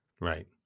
Right